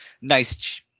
nice